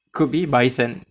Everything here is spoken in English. could be but he's an